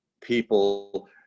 people